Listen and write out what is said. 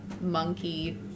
monkey